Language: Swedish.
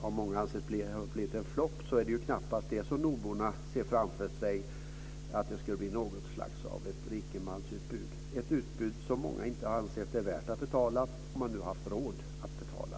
av många anses ha blivit en flopp ser knappast nordborna framför sig att det här skulle bli något av ett rikemansutbud. Det är ett utbud som många inte anser det vara värt att betala för, om man nu har råd att betala.